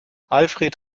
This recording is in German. alfred